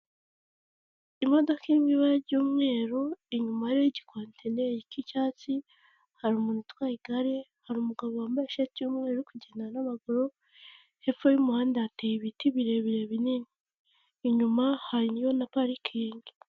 Imodoka iri mu ibara ry'umweru, inyuma hariho igikontineri cy'icyatsi, hari umuntu utwaye igare, hari umugabo wambaye ishati y'umweru, uri kugenda n'amaguru, hepfo y'umuhanda hateye ibiti birebire binini, inyuma hariyo na parikingi.